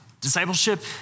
Discipleship